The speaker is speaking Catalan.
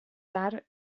tard